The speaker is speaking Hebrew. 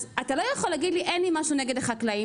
אז אתה לא יכול להגיד לי אין לי משהו נגד החקלאים,